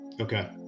Okay